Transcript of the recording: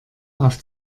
auf